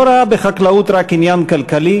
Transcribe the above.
הוא לא ראה בחקלאות רק עניין חקלאי.